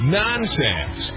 nonsense